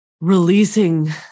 releasing